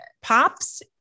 pops